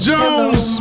Jones